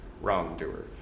wrongdoer